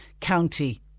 county